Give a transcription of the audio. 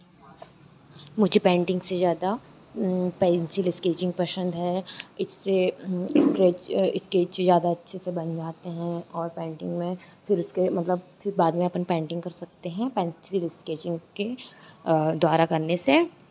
मुझे पैन्टिंग से ज़्यादा पैन्सिल स्केचिंग पसंद है इससे स्केच स्केच ज़्यादा अच्छे से बन जाते हैं और पैन्टिंग में फिर उसके मतलब फिर बाद में अपन पेन्टिंग कर सकते हैं पेन्सिल स्केचिंग के द्वारा करने से